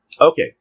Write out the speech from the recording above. Okay